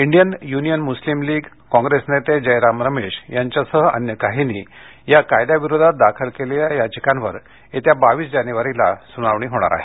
Indian Union Muslim League Congress नेते जयराम रमेश यांच्यासह अन्य काहींनी या कायद्याविरोधात दाखल केलेल्या याचिकांवर येत्या बावीस जानेवारीला सुनावणी होणार आहे